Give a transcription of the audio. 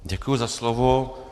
Děkuji za slovo.